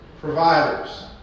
providers